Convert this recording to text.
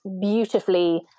beautifully